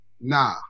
Nah